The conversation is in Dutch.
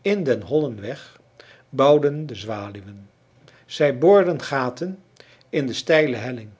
in den hollen weg bouwden de zwaluwen zij boorden gaten in de steile helling